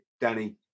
Danny